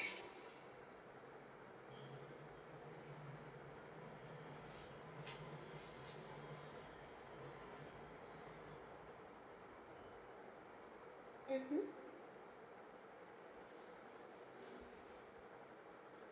mmhmm